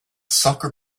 soccer